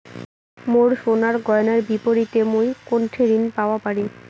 মোর সোনার গয়নার বিপরীতে মুই কোনঠে ঋণ পাওয়া পারি?